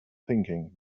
thinking